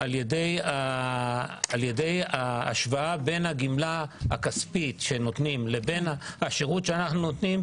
על ידי השוואה בין הגמלה הכספית שנותנים לבין השירות שאנחנו נותנים,